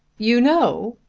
you know,